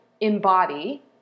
embody